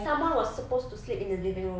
someone was supposed to sleep in the living room